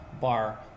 bar